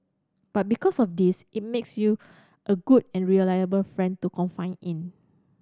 but because of this it makes you a good and reliable friend to confide in